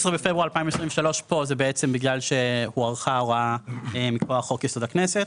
בפברואר 2023 פה זה בעצם בגלל שהוארכה ההוראה מכוח חוק יסוד הכנסת,